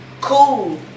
Cool